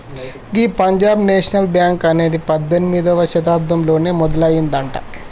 గీ Punjab National Bank అనేది పద్దెనిమిదవ శతాబ్దంలోనే మొదలయ్యిందట